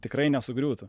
tikrai nesugriūtų